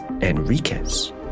Enriquez